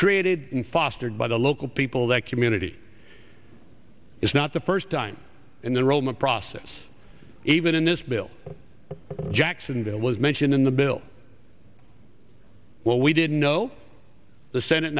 created and fostered by the local people that community is not the first time in the realm of process even in this bill jackson that was mentioned in the bill well we didn't know the senate